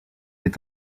est